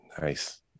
Nice